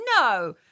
no